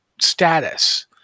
status